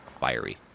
fiery